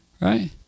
Right